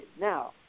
Now